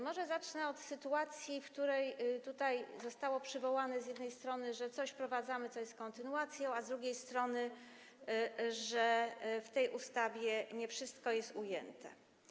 Może zacznę od sytuacji, w której tutaj zostało przywołane, że z jednej strony coś wprowadzamy, co jest kontynuacją, a z drugiej strony, że w tej ustawie nie wszystko jest ujęte.